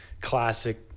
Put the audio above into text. classic